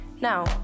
Now